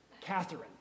Catherine